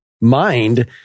mind